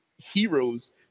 heroes